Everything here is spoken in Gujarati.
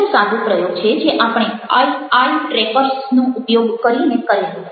એકદમ સાદો પ્રયોગ છે જે આપણે આઈ ટ્રેકર્સ નો ઉપયોગ કરીને કરેલો